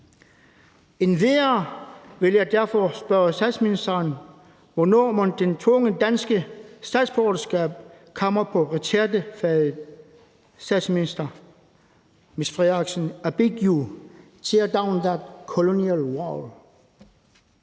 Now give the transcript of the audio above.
Endvidere vil jeg derfor spørge statsministeren: Hvornår mon det tvungne danske statsborgerskab kommer på retrætefadet? Statsminister, I beg you, tear down that colonial wall.